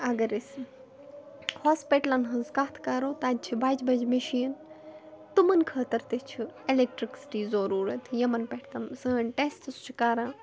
اگر أسۍ ہاسپِٹلَن ہٕنٛز کَتھ کَرو تَتہِ چھِ بَجہِ بَجہِ مِشیٖن تِمن خٲطرتہِ چھُ اٮ۪لیکٹِرٛکسِٹی ضٔروٗرتھ یِمن پٮ۪ٹھ تِم سٲنۍ ٹٮ۪سٹٕز چھِ کَران